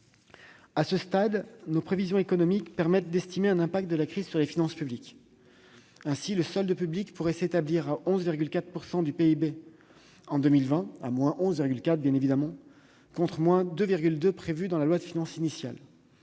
À ce stade, nos prévisions économiques permettent d'estimer un impact de la crise sur les finances publiques. Ainsi, le solde public pourrait s'établir à moins 11,4 % du PIB en 2020, contre moins 2,2 % dans la loi de finances initiale.